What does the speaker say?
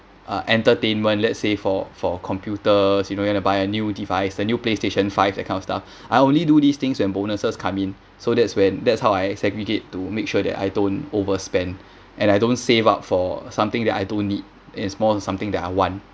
uh entertainment let's say for for computers you know you wanna buy a new device a new playstation five that kind of stuff I only do these things when bonuses come in so that's when that's how I segregate to make sure that I don't overspend and I don't save up for something that I don't need it's more something that I want